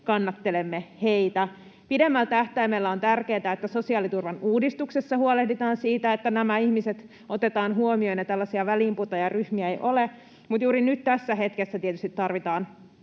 kannattelemme heitä. Pidemmällä tähtäimellä on tärkeätä, että sosiaaliturvan uudistuksessa huolehditaan siitä, että nämä ihmiset otetaan huomioon ja tällaisia väliinputoajaryhmiä ei ole, mutta juuri nyt, tässä hetkessä, tietysti tarvitaan